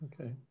Okay